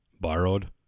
borrowed